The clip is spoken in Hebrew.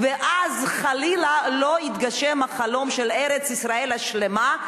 ואז חלילה לא יתגשם החלום של ארץ-ישראל השלמה,